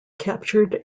captured